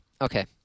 Okay